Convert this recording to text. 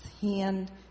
hand